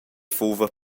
fuva